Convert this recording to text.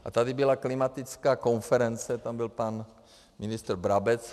A tady byla klimatická konference, tam byl pan ministr Brabec.